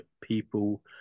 people